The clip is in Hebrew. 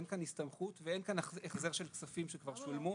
אין כאן הסתמכות ואין כאן החזר של כספים שכבר שולמו.